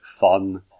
fun